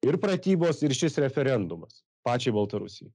ir pratybos ir šis referendumas pačiai baltarusijai